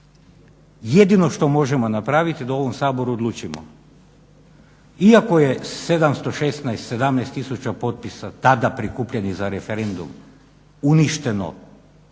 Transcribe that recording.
jedino što možemo napraviti da u ovom Saboru odlučimo iako je 716, 17 000 potpisa tada prikupljenih za referendum uništeno